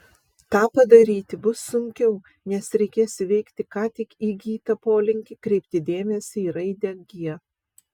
tą padaryti bus sunkiau nes reikės įveikti ką tik įgytą polinkį kreipti dėmesį į raidę g